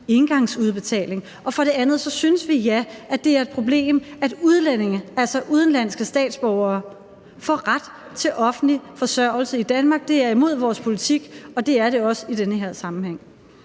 engangsudbetaling. For det andet synes vi, det er et problem, at udlændinge, altså udenlandske statsborgere, får ret til offentlig forsørgelse i Danmark. Det er imod vores politik, og det er det også i den her sammenhæng.